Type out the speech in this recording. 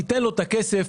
ייתן לו את הכסף,